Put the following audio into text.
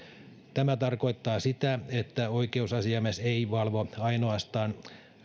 tämä tarkoittaa sitä että oikeusasiamies ei valvo ainoastaan